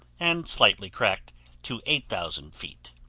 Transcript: and slightly cracked to eight thousand feet.